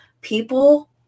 People